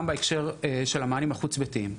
בנושא המענים החוץ ביתיים.